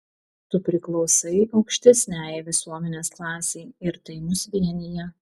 tu priklausai aukštesniajai visuomenės klasei ir tai mus vienija